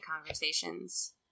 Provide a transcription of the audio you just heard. conversations